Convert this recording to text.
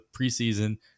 preseason